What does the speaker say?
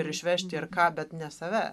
ir išvežti ir ką bet ne save